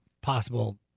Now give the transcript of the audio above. possible